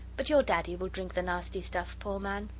but your daddy will drink the nasty stuff, poor man!